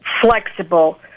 flexible